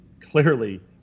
clearly